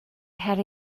had